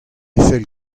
fell